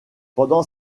pendant